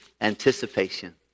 anticipation